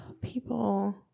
People